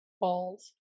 balls